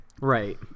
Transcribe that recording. Right